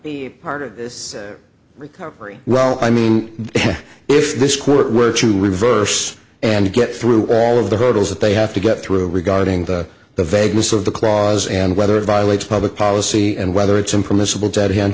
the part of this recovery well i mean if this court were to reverse and get through all of the hurdles that they have to get through regarding the vagueness of the clause and whether it violates public policy and whether it's impermissible to hand